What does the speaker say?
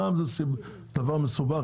מע"מ זה דבר מסובך.